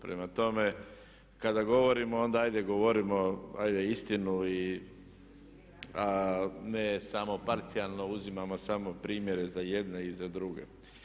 Prema tome, kada govorimo onda hajde govorimo hajde istinu i ne samo parcijalno uzimamo samo primjere za jedne i za druge.